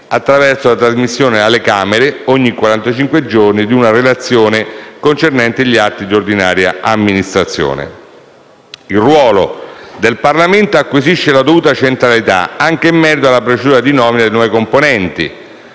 attraverso la trasmissione alle Camere, ogni quarantacinque giorni, di una relazione concernente gli atti di ordinaria amministrazione. Il ruolo del Parlamento acquisisce la dovuta centralità, anche in merito alla procedura di nomina dei nuovi componenti.